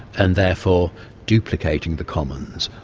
and therefore duplicating the commons,